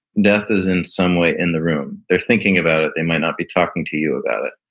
death is in some way in the room. they're thinking about it. they might not be talking to you about it.